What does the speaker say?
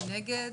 מי נגד?